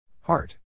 Heart